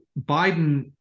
Biden